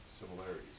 similarities